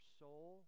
soul